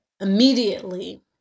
immediately